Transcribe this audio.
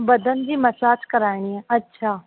बदन जी मसाज कराइणी आहे अच्छा